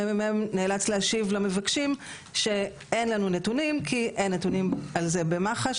ה-ממ"מ נאלץ להשיב למבקשים שאין לנו נתונים כי אין נתונים על זה במח"ש,